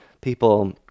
people